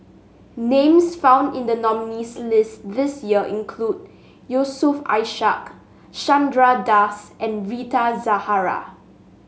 names found in the nominees' list this year include Yusof Ishak Chandra Das and Rita Zahara